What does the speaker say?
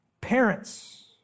Parents